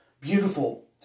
beautiful